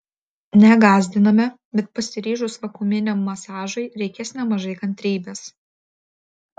negąsdiname bet pasiryžus vakuuminiam masažui reikės nemažai kantrybės